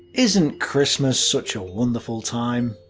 isn't christmas such a wonderful time.